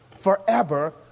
forever